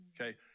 okay